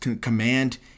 command